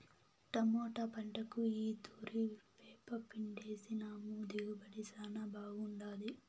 tomato పంటకు ఈ తూరి వేపపిండేసినాము దిగుబడి శానా బాగుండాది